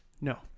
no